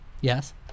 Yes